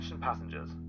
passengers